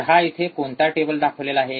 तर हा इथे कोणता टेबल दाखवलेला आहे